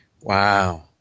Wow